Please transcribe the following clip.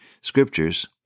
scriptures